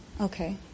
Okay